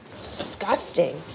disgusting